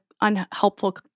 unhelpful